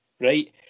right